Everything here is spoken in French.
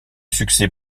succès